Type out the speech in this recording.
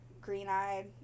green-eyed